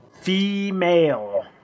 Female